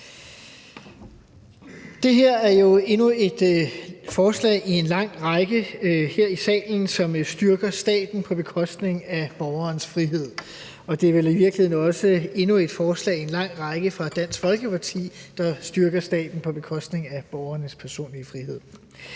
Det her er jo endnu et forslag i en lang række her i salen, som vil styrke staten på bekostning af borgernes frihed, og det er vel i virkeligheden også endnu et forslag i en lang række fra Dansk Folkeparti, der vil styrke staten på bekostning af borgernes personlige frihed.